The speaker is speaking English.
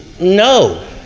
no